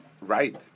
right